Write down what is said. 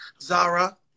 Zara